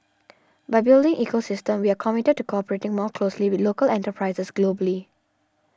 by building ecosystem we are committed to cooperating more closely with local enterprises globally